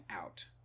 out